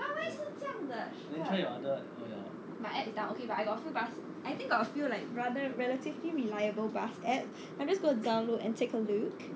but why 是这样的 my app~ is down okay but I got a few bus I think got a few like rather relatively reliable bus app~ I'm just gonna download and take a look